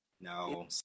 No